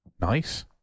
Nice